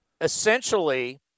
essentially